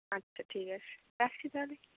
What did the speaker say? আচ্ছা ঠিক আছে রাখছি তাহলে